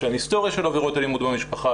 יש להם היסטוריה של עבירות אלימות במשפחה,